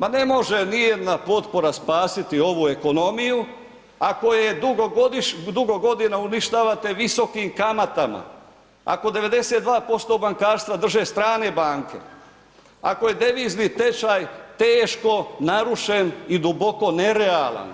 Ma ne može nijedna potpora spasiti ovu ekonomiju ako je dugo godina uništavate visokim kamatama, ako 92% bankarstva drže strane banke, ako je devizni tečaj teško narušen i duboko nerealan,